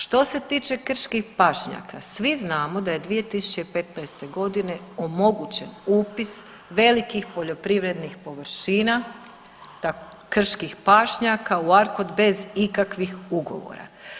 Što se tiče krških pašnjaka svi znamo da je 2015. godine omogućen upis velikih poljoprivrednih površina krških pašnjaka u ARKOD bez ikakvih ugovora.